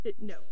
no